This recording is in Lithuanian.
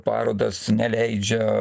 parodas neleidžia